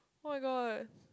[oh]-my-god